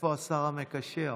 איפה השר המקשר?